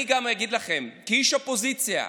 אני גם אגיד לכם, כאיש אופוזיציה,